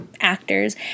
actors